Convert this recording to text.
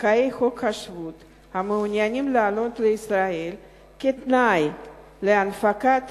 מזכאי חוק השבות המעוניינים לעלות לישראל כתנאי להנפקת